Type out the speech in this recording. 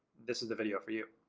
this is the video for you.